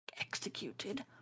executed